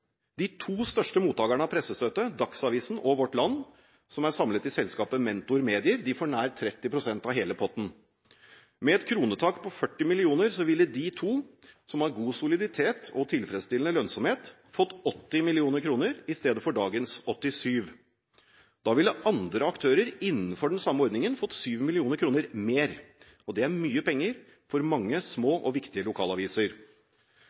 De to største mottagerne av pressestøtte, Dagsavisen og Vårt Land – som er samlet i selskapet Mentor Medier – får nær 30 pst. av hele potten. Med et kronetak på 40 mill. kr ville de to, som har god soliditet og tilfredsstillende lønnsomhet, fått 80 mill. kr i stedet for dagens 87 mill. kr. Da ville andre aktører innenfor den samme ordningen fått 7 mill. kr mer, og det er mye penger for mange små og viktige lokalaviser.